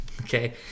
okay